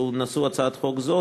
שהוא מושא הצעת חוק זו,